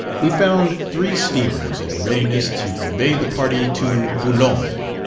we found three steamers in readiness to convey the party to boulogne.